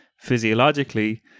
physiologically